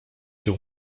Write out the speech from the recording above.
się